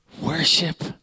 worship